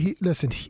Listen